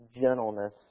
gentleness